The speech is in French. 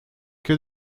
que